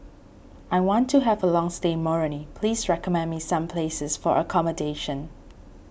I want to have a long stay in Moroni please recommend me some places for accommodation